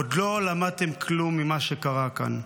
עוד לא למדתם כלום ממה שקרה כאן.